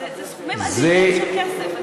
אלה סכומים אדירים של כסף.